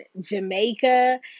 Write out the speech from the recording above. Jamaica